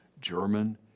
German